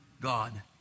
God